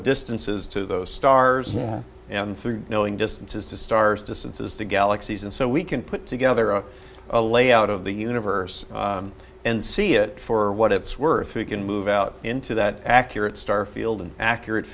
distances to those stars and knowing distances the stars distances to galaxies and so we can put together a a layout of the universe and see it for what it's worth you can move out into that accurate starfield and accurate